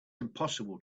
impossible